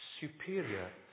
superior